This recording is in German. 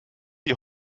die